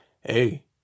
hey